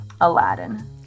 Aladdin